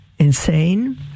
insane